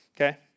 Okay